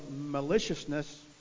maliciousness